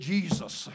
Jesus